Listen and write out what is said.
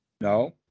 no